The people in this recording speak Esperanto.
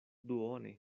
duone